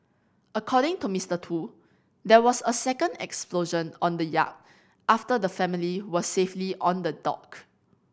according to Mister Tu there was a second explosion on the yacht after the family were safely on the dock